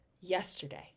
yesterday